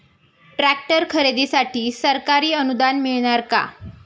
Tractor खरेदीसाठी सरकारी अनुदान मिळणार का?